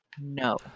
No